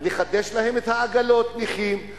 לחדש להם את עגלות הנכים,